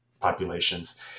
populations